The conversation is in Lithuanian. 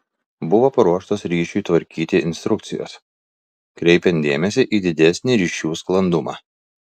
buvo paruoštos ryšiui tvarkyti instrukcijos kreipiant dėmesį į didesnį ryšių sklandumą